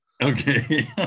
Okay